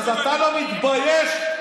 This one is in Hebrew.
אתה לא מתבייש?